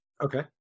Okay